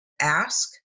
ask